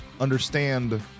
understand